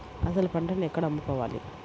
అసలు పంటను ఎక్కడ అమ్ముకోవాలి?